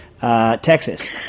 Texas